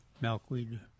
milkweed